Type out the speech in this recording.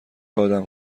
آدم